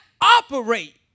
operate